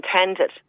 intended